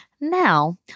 Now